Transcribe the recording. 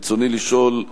רצוני לשאול: